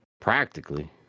Practically